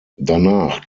danach